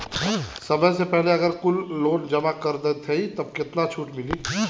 समय से पहिले अगर हम कुल लोन जमा कर देत हई तब कितना छूट मिली?